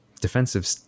defensive